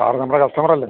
sir നമ്മുടെ കസ്റ്റമറല്ലേ